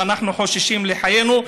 ואנחנו חוששים לחיינו,